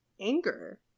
anger